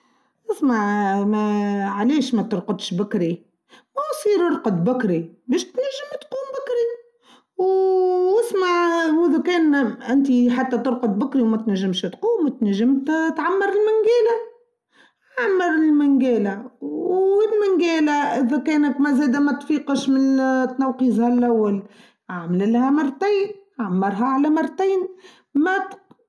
إسمع ما عليش ما ترقدش بكري او صير إرقد بكري مش تنجم تقوم بكري واسمع وذو كان انتي حتى ترقد بكري وما تنجمش تقوم تنجم تعمر المنجالة اعمر المنجالة والمنجالة اذا كانك ما زادها ما تفيقش من تنوقزها الاول اعمل لها مرتين اعمرها على مرتين.